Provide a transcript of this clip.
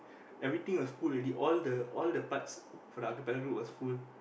everything was full already all the all the parts for the acapella group was full